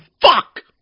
fuck